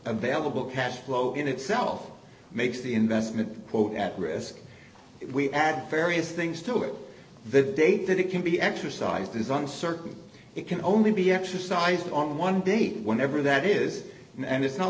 available cash flow in itself makes the investment quote at risk if we add various things to it the date that it can be exercised is uncertain it can only be exercised on one date whenever that is and it's not